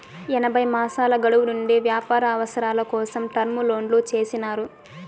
ఎనభై మాసాల గడువు నుండి వ్యాపార అవసరాల కోసం టర్మ్ లోన్లు చేసినారు